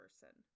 person